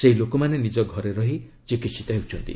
ସେହି ଲୋକମାନେ ନିଜ ନିଜର ଘରେ ରହି ଚିକିିିିତ ହେଉଛନ୍ତି